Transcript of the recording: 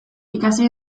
ikasi